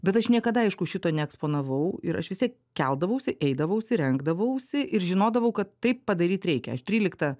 bet aš niekada aišku šito ne eksponavau ir aš vis tiek keldavausi eidavausi rengdavausi ir žinodavau kad taip padaryt reikia aš tryliktą